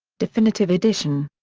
definitive edition.